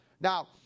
Now